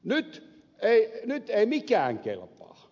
nyt ei mikään kelpaa